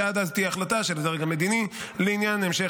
שעד אז תהיה החלטה של הדרג המדיני לעניין המשך